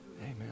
Amen